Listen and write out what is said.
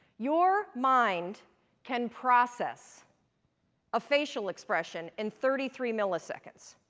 your mind can process a facial expression in thirty three milliseconds.